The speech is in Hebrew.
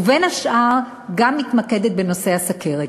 ובין השאר מתמקדת בנושא הסוכרת.